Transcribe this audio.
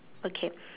okay